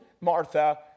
Martha